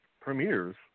premieres